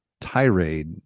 tirade